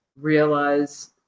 realize